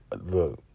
look